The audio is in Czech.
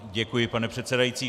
Děkuji, pane předsedající.